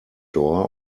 door